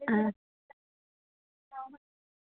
हां